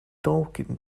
tolkien